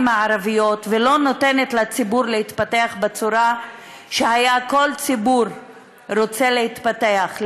הערביות ולא נותנת לציבור להתפתח בצורה שבה כל ציבור רוצה להתפתח,